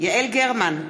יעל גרמן,